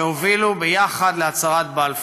ואשר הובילו יחד להצהרת בלפור: